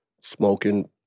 smoking